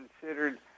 considered